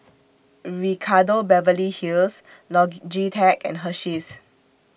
Ricardo Beverly Hills Logitech and Hersheys